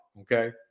okay